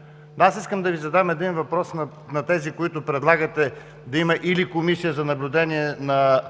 скрито, не е нещо тайно. На тези, които предлагате да има Комисия за наблюдение на